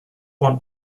want